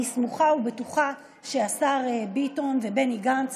אני סמוכה ובטוחה שהשר ביטון ובני גנץ